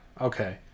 Okay